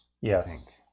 yes